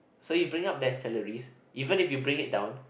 so you bring up their salaries even if you bring it down